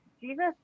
Jesus